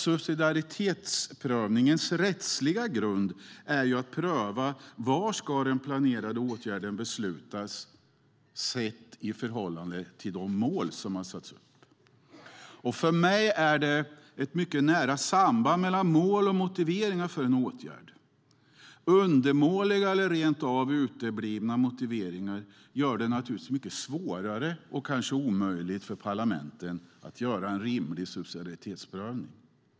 Subsidiaritetsprövningens rättsliga grund är ju att pröva var den planerade åtgärden ska beslutas sett i förhållande till de mål som har satts upp. För mig är det ett mycket nära samband mellan mål och motiveringar för en åtgärd. Undermåliga eller rent av uteblivna motiveringar gör det naturligtvis mycket svårare och kanske omöjligt för parlamenten att göra en rimlig subsidiaritetsprövning.